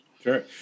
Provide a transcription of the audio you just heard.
sure